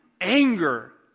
anger